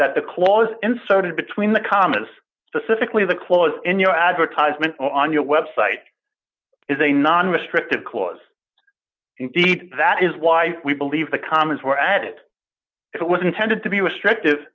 that the clause inserted between the commas specifically the clause in your advertisement on your website is a non restrictive clause indeed that is why we believe the commas were added it was intended to be restrictive